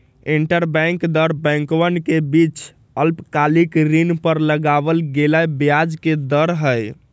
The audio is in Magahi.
इंटरबैंक दर बैंकवन के बीच अल्पकालिक ऋण पर लगावल गेलय ब्याज के दर हई